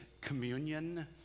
communion